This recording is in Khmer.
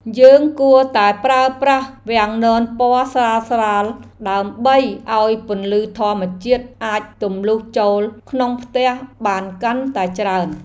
យើងគួរតែប្រើប្រាស់វាំងននពណ៌ស្រាលៗដើម្បីឱ្យពន្លឺធម្មជាតិអាចទម្លុះចូលក្នុងផ្ទះបានកាន់តែច្រើន។